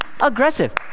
aggressive